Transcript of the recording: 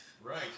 Right